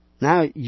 Now